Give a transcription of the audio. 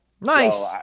Nice